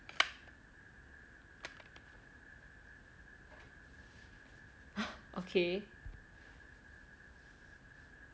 okay